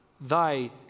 Thy